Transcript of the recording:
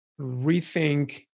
rethink